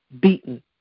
beaten